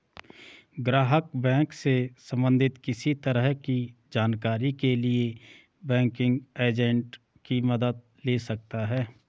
ग्राहक बैंक से सबंधित किसी तरह की जानकारी के लिए बैंकिंग एजेंट की मदद ले सकता है